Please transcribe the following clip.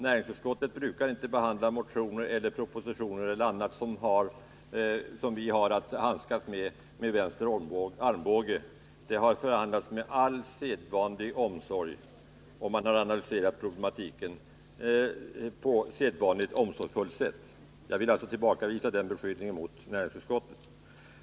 Näringsutskottet brukar inte behandla motioner, propositioner eller annat med vänster armbåge. Motionen har behandlats med all omsorg, och vi har analyserat problematiken på sedvanligt, omsorgsfullt sätt. Jag vill alltså tillbakavisa den beskyllningen mot näringsutskottet.